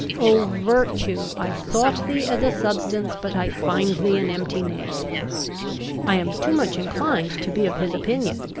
o virtue, i sought thee as a substance, but i find thee an empty name i am too much inclined to be of his opinion.